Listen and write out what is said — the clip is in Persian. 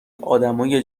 ادمای